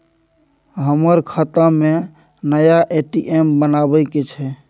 हमर खाता में नया ए.टी.एम बनाबै के छै?